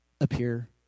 appear